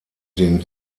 den